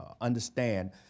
understand